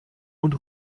und